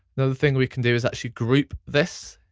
another thing we can do is actually group this